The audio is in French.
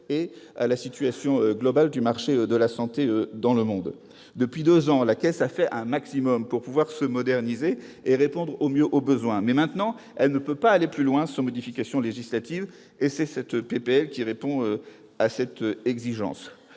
et à la situation globale du marché de la santé dans le monde. Depuis deux ans, la Caisse a fait le maximum pour se moderniser et pour répondre au mieux aux besoins, mais elle ne peut pas aller plus loin sans modification législative. Cette proposition de loi répond à cette exigence.